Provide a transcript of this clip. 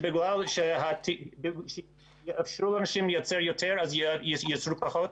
שבגלל שיאפשרו לאנשים לייצר יותר ייצרו פחות?